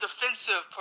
defensive